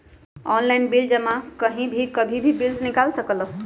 Online bill जमा कहीं भी कभी भी बिल निकाल सकलहु ह?